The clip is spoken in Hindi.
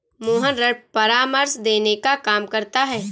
मोहन ऋण परामर्श देने का काम करता है